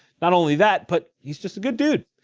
not only that but he's just a good dude.